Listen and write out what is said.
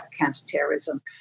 counterterrorism